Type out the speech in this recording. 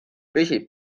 püsib